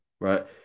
Right